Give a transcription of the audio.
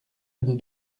nos